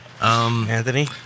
Anthony